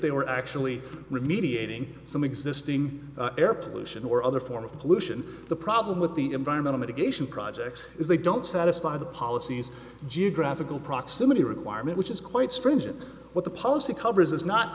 they were actually remediating some existing air pollution or other form of pollution the problem with the environmental mitigation projects is they don't satisfy the policies geographical proximity requirement which is quite stringent what the policy covers is not